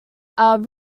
are